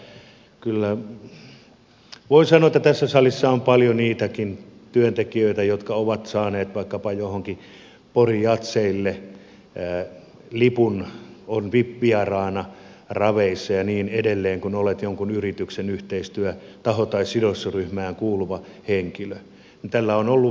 sitä kautta kyllä voin sanoa että tässä salissa on paljon niitäkin työntekijöitä jotka ovat saaneet vaikkapa johonkin pori jazzeille lipun ovat vip vieraana raveissa ja niin edelleen kun olet jonkun yrityksen yhteistyötaho tai sidosryhmään kuuluva henkilö